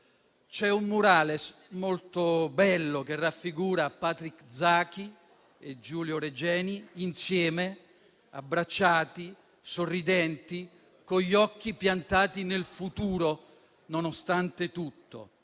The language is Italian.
C'è un *murales* molto bello che raffigura Patrick Zaki e Giulio Regeni insieme, abbracciati e sorridenti, con gli occhi piantati nel futuro, nonostante tutto.